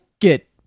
get